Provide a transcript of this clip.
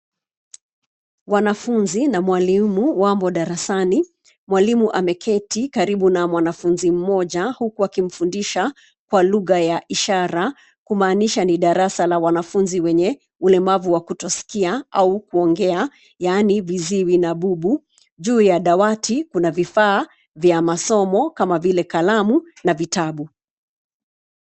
Wanafunzi na mwalimu wamo darasani. Mwalimu ameketi karibu na mwanafunzi mmoja huku akimfundisha kwa lugha ya ishara ,kumaanisha ni darasa la wanafunzi wenye ulemavu wa kutosikia au kuongea. Yaani, viziwwi na bubu. Juu ya dawati kuna vifaa vya masomo kama vile kalamu na vitabu.